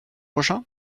prochain